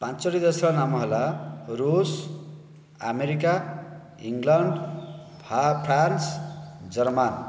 ପାଞ୍ଚୋଟି ଦେଶର ନାମ ହେଲା ରୁଷ୍ ଆମେରିକା ଇଂଲଣ୍ଡ ଫ୍ରାନ୍ସ ଜର୍ମାନ୍